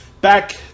back